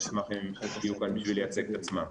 אני אשמח אם הם יהיו כאן בשביל לייצג את עצמם.